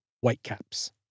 Whitecaps